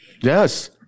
Yes